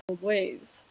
ways